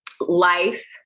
life